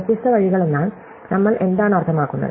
വ്യത്യസ്ത വഴികൾ എന്നാൽ നമ്മൾ എന്താണ് അർത്ഥമാക്കുന്നത്